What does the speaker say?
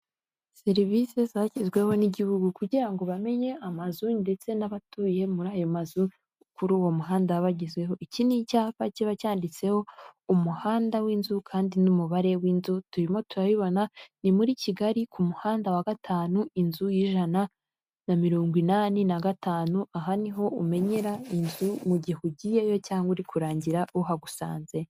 Serivise, zashyizweho n'igihugu kugira ngo bamenye amazu ndetse n'abatuye muri ayo mazu kuri uwo muhanda baba bagezeho, iki ni icyapa kiba cyanditseho umuhanda w'inzu kandi n'umubare w'inzu, turimo turabibona ni muri Kigali ku muhanda wa gatanu inzu y'ijana na mirongo inani n'agatanu, aha niho umenyera inzu mu gihe ugiyeyo cyangwa uri kurangira uhagusanze.